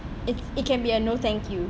it it can be a no thank you